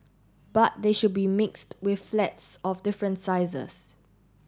but they should be mixed with flats of different sizes